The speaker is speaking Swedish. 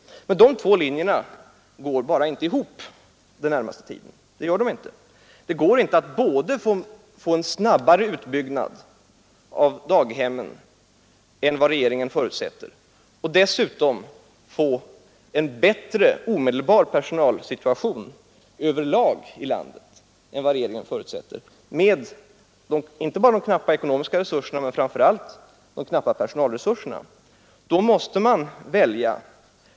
Men de två linjerna går bara inte ihop under den närmaste tiden. Det går inte att få både en snabbare utbyggnad av daghemmen än vad regeringen räknar med och dessutom en bättre omedelbar personalsituation överlag i landet än vad regeringen förutsätter, med inte i första hand de knappa ekonomiska resurserna utan framför allt de knappa personalresurserna. Då måsta man välja.